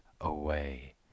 away